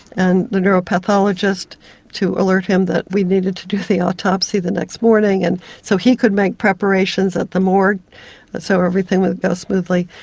and the neuropathologist to alert him that we needed to do the autopsy the next morning, and so he could make preparations at the morgue so everything would go smoothly.